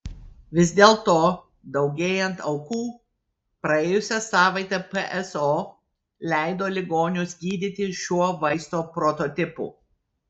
vis dėlto daugėjant aukų praėjusią savaitę pso leido ligonius gydyti šiuo vaisto prototipu